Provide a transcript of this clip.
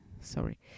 sorry